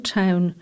town